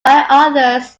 others